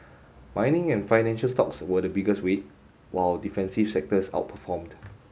mining and financial stocks were the biggest weight while defensive sectors outperformed